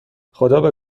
خدابه